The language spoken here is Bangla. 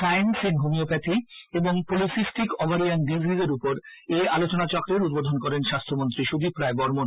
সায়েন্স ইন হোমিওপ্যাথি এবং পলিসিস্টিক অভারিয়ান ডিজিস এর উপর এই আলোচনাচক্রের উদ্বোধন করেন স্বাস্হ্যমন্ত্রী সুদীপ রায় বর্মন